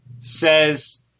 says